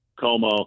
Como